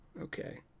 okay